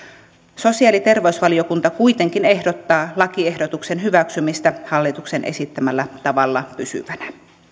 sosiaali ja terveysvaliokunta kuitenkin ehdottaa lakiehdotuksen hyväksymistä hallituksen esittämällä tavalla pysyvänä